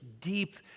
deep